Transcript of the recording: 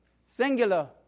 Singular